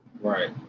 Right